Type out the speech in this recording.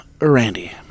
Randy